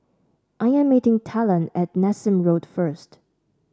I am meeting Talen at Nassim Road first